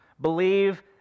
Believe